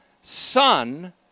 Son